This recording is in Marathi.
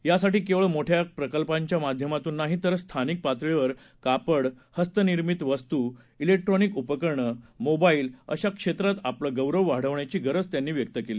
यासाठी केवळ मोठ्या प्रकल्पांच्या माध्यमातून नाही तर स्थानिक पातळीवर कापड हस्तनिर्मिती वस्तू क्रिक्ट्रॉनिक उपकरणं मोबाक्रि अशा प्रत्येक क्षेत्रात आपलं गौरव वाढवण्याची गरज त्यांनी व्यक्त केली